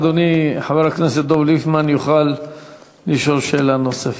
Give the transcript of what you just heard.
אדוני חבר הכנסת דב ליפמן יוכל לשאול שאלה נוספת.